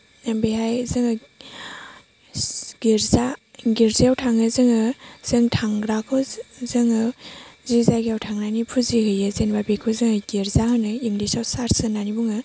बेहाय जोङो गिर्जा गिर्जायाव थाङो जोङो जों थांग्राखौ जोङो जे जायगायाव थांनानै फुजिहैयो जेनबा बेखौ जाय गिर्जा होनो इंलिसआव सार्स होन्नानै बुङो